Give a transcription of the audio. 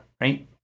right